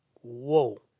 Whoa